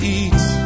eat